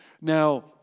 Now